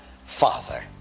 Father